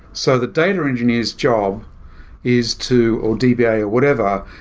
so the data engineer s job is to, or dba or whatever,